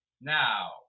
Now